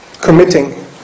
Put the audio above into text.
committing